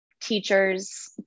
teachers